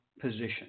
position